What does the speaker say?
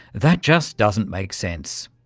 that just doesn't make sense.